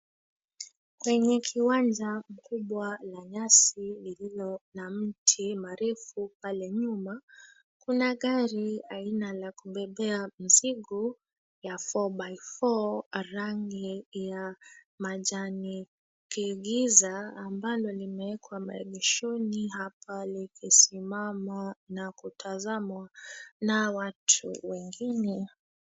Kwenye kiwanja mkubwa la nyasi lililo na mti marefu pale nyuma, kuna gari aina la kubebea mzigo ya 4 by 4 , rangi ya majani kigiza, ambalo limewekwa maegeshoni hapa likisimama na kutazamwa na watu wengine.